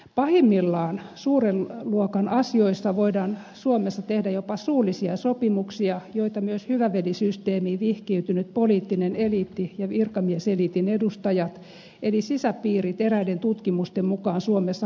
pahimmillaan suuren luokan asioissa voidaan suomessa tehdä jopa suullisia sopimuksia joita myös hyvä veli systeemiin vihkiytynyt poliittinen eliitti ja virkamieseliitin edustajat eli sisäpiirit eräiden tutkimusten mukaan suomessa harrastavat